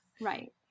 Right